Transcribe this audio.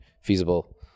feasible